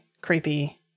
creepy